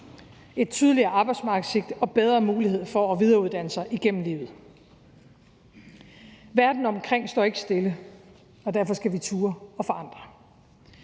et tydeligere arbejdsmarkedssigte og bedre mulighed for at videreuddanne sig gennem livet. Kl. 13:22 Verden omkring os står ikke stille, og derfor skal vi turde at forandre.